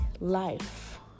life